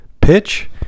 pitch